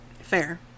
Fair